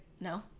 no